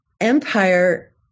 empire